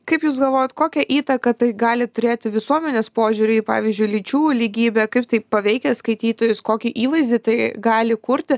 kaip jūs galvojat kokią įtaką tai gali turėti visuomenės požiūriui į pavyzdžiui lyčių lygybę kaip tai paveikia skaitytojus kokį įvaizdį tai gali kurti